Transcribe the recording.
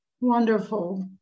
Wonderful